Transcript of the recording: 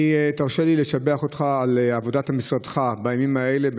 תרשה לי לשבח אותך על עבודת משרדך בימים האלה,